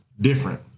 different